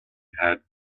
had